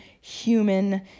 human